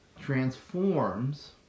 transforms